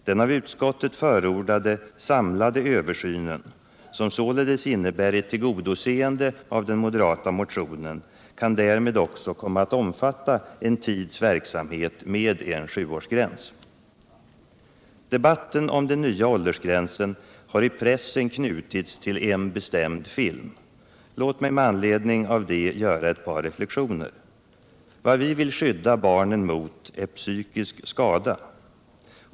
Den av utskottet förordade samlade översynen, som således innebär ett tillgodoseende av den moderata motionen, kan därmed också komma att omfatta en tids verksamhet med en sjuårsgräns. Debatten om den nya åldersgränsen har i pressen knutits till en bestämd film. Låt mig med anledning av detta göra ett par reflexioner. Vad vi vill skydda barnen mot är psykisk skada.